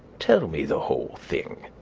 tell me the whole thing.